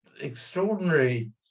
extraordinary